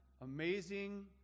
amazing